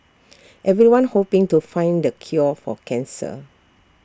everyone's hoping to find the cure for cancer